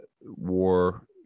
war